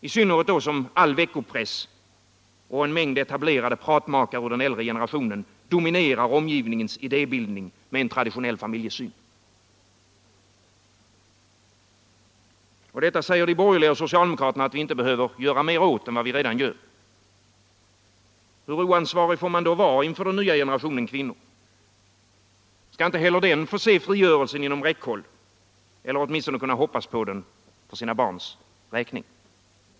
I synnerhet som all veckopress och en mängd etablerade pratmakare ur den äldre generationen dominerar omgivningens idébildning med en traditionell familjesyn. Och detta säger de borgerliga och socialdemokraterna att vi inte behöver göra mer åt än vad vi redan gör. Hur oansvarig får man vara inför den nya generationen kvinnor? Skall inte heller den få se frigörelsen inom räckhåll, eller åtminstone kunna hoppas på den för sina barns räkning?